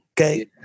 okay